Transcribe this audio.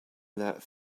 that